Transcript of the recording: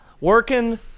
working